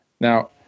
Now